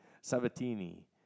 Sabatini